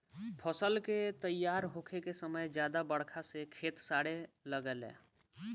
फसल के तइयार होखे के समय ज्यादा बरखा से खेत सड़े लागेला